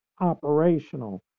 operational